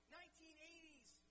1980s